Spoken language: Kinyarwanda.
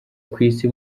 kwisi